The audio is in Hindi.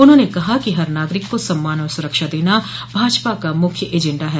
उन्होंने कहा कि हर नागरिक को सम्मान और सुरक्षा देना भाजपा का मुख्य एजेंडा है